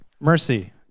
mercy